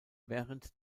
während